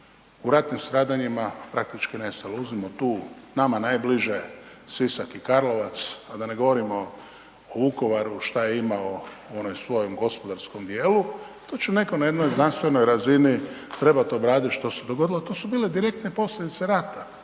u ratnim stradanjima praktički nestale. Uzmimo tu nama najbliže, Sisak i Karlovac, a da ne govorimo o Vukovaru što je imao u ovom svojem gospodarskom dijelu, tu će netko na jednoj znanstvenoj razini trebati obraditi što se dogodilo, to su bile direktne posljedice rata.